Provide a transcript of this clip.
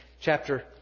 chapter